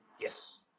Yes